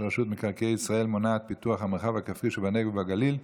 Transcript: רשות מקרקעי ישראל מונעים פיתוח המרחב הכפרי שבנגב ובגליל,